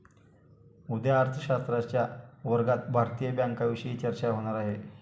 उद्या अर्थशास्त्राच्या वर्गात भारतीय बँकांविषयी चर्चा होणार आहे